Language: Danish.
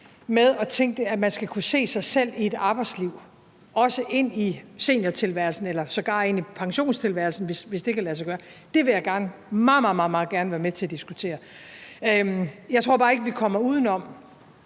Selve idéen om, at man skal kunne se sig selv i et arbejdsliv, også ind i seniortilværelsen eller sågar i pensionstilværelsen, hvis det kan lade sig gøre, vil jeg meget, meget gerne være med til at diskutere. Jeg tror bare ikke, vi kommer udenom,